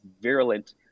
virulent